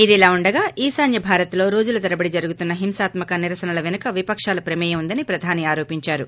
ఇదిలా ఉండగా ఈశాన్న భారత్లో రోజుల తరబడి జరుగుతున్న హింసాత్మక నిరసనల వెనుక విపకాల ప్రమేయం ఉందని ప్రధాని ఆరోపించారు